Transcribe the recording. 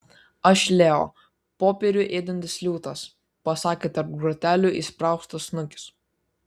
aš leo popierių ėdantis liūtas pasakė tarp grotelių įspraustas snukis